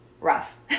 rough